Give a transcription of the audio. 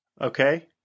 Okay